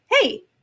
hey